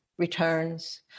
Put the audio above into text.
returns